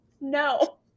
No